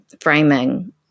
framing